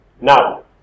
now